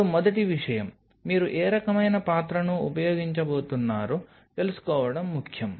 ఇప్పుడు మొదటి విషయం మీరు ఏ రకమైన పాత్రను ఉపయోగించబోతున్నారో తెలుసుకోవడం ముఖ్యం